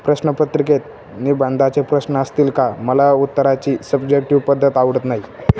प्रश्नपत्रिकेत निबंधाचे प्रश्न असतील का मला उत्तराची सब्जेक्टिव पद्धत आवडत नाही